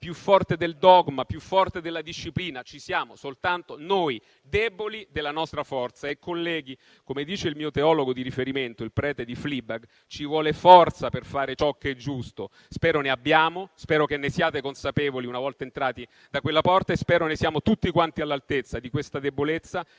più forte del dogma e della disciplina. Ci siamo soltanto noi, deboli della nostra forza. Colleghi, come dice il mio teologo di riferimento, il prete di «Fleabag» ci vuole forza per fare ciò che è giusto. Spero ne abbiamo. Spero che ne siate consapevoli una volta entrati da quella porta e spero siamo tutti quanti all'altezza di questa debolezza,